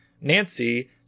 Nancy